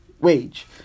wage